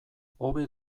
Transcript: hobe